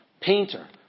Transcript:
painter